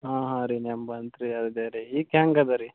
ಹಾಂ ಹಾಂ ರೀ ನೆಂಪ್ಬಂತ್ ರೀ ಅದೇ ರೀ ಈಗ್ ಹ್ಯಾಂಗದೆ ರೀ